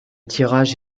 tirage